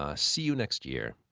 ah see you next year.